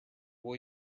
will